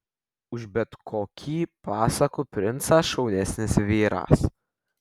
už bet kokį pasakų princą šaunesnis vyras